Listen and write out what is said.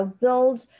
build